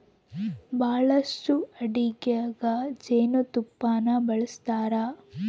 ಬಹಳಷ್ಟು ಅಡಿಗೆಗ ಜೇನುತುಪ್ಪನ್ನ ಬಳಸ್ತಾರ